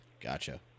Gotcha